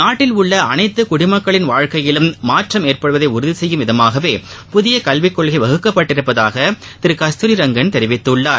நாட்டில் உள்ள அனைத்து குடிமக்களின் வாழ்க்கையிலும் மாற்றம் ஏற்படுவதை உறுதி செய்யும் விதமாகவே புதிய கல்விக் கொள்கை வகுக்கப்பட்டிருப்பதாக திரு கஸ்துாரி ரங்கன் தெரிவித்துள்ளார்